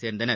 சேர்ந்தனர்